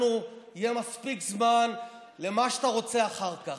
יהיה מספיק זמן למה שאתה רוצה אחר כך.